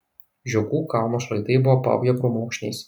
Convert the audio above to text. žiogų kalno šlaitai buvo apaugę krūmokšniais